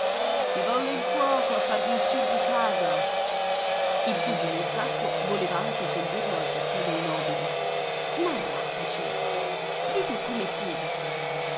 ci volle il fuoco a farvi uscir di casa il cugino zacco voleva anche condurlo al caffè dei nobili narrateci dite come fu